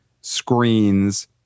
screens